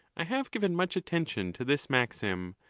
i have given much attention to this maxim,